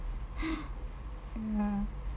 ya